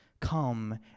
Come